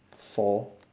fall